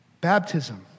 Baptism